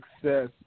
success